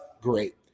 Great